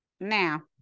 Now